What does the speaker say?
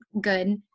good